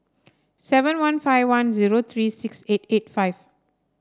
seven one five one zero three six eight eight five